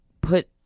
put